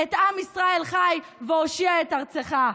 את "עם ישראל חי" ו"הושיע את ארצך".